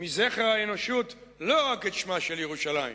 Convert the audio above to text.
מזכר האנושות לא רק את שמה של ירושלים,